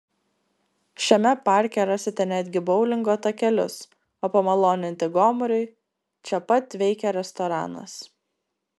šiame parke rasite netgi boulingo takelius o pamaloninti gomuriui čia pat veikia restoranas